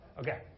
Okay